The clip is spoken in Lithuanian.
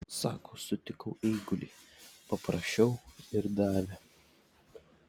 sako sutikau eigulį paprašiau ir davė